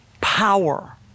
power